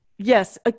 Yes